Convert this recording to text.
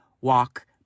walk